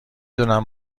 دونم